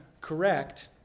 correct